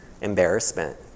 embarrassment